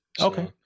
Okay